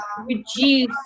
reduce